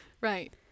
Right